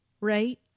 right